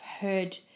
heard